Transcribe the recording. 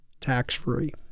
tax-free